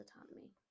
autonomy